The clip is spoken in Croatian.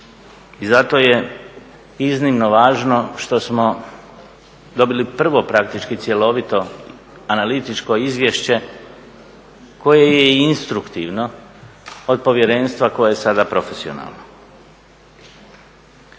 i zato je iznimno važno što smo dobili prvo praktički cjelovito analitičko izvješće koje je instruktivno od povjerenstva koje je sada profesionalno.